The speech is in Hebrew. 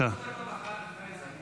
יש לי שלוש דקות אחרי זה.